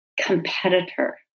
competitor